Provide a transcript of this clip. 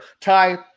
Ty